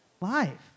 live